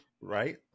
Right